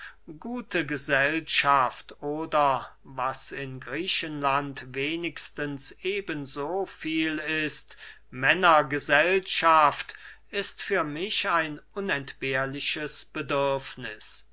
gute gesellschaft oder was in griechenland wenigstens eben so viel ist männergesellschaft ist für mich ein unentbehrliches bedürfniß